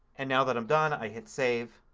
and now that i'm done i hit save.